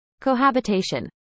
Cohabitation